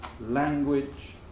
language